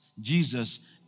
Jesus